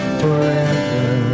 forever